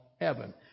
heaven